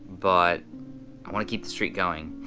but i wanna keep the streak going